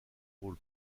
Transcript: rôle